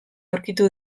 aurkitu